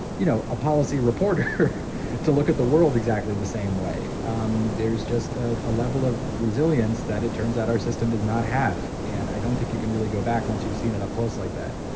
you know, a policy reporter to look at the world exactly the same way. um there's just ah a level of resilience that it turns out our system does not have. and i don't think you can really go back, once you've seen it up close like that.